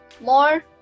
more